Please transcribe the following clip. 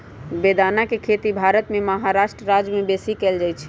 बेदाना के खेती भारत के महाराष्ट्र राज्यमें बेशी कएल जाइ छइ